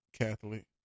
Catholic